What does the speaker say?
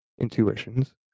Intuitions